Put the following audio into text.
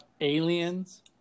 aliens